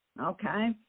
okay